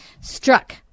struck